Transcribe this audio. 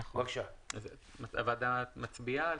הצבעה.